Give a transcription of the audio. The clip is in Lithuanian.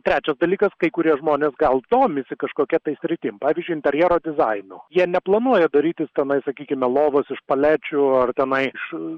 trečias dalykas kai kurie žmonės gal domisi kažkokia tai sritim pavyzdžiui interjero dizainu jie neplanuoja darytis tenais sakykime lovos iš palečių ar tenai iš